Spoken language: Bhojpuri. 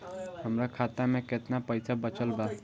हमरा खाता मे केतना पईसा बचल बा?